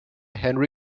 henry